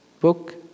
book